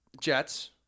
Jets